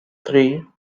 three